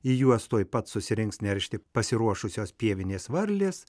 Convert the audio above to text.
į juos tuoj pat susirinks neršti pasiruošusios pievinės varlės